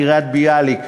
קריית-ביאליק,